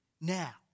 Now